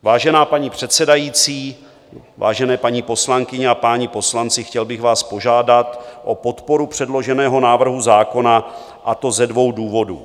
Vážená paní předsedající, vážené paní poslankyně a páni poslanci, chtěl bych vás požádat o podporu předloženého návrhu zákona, a to ze dvou důvodů.